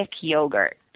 yogurt